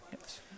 Yes